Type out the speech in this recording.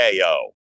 KO